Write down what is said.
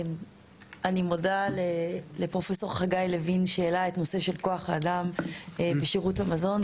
אני מודה לפרופ' חגי לוין שהעלה את הנושא של כוח האדם בשירות המזון,